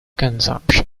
consumption